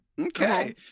Okay